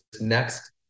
next